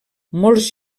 molts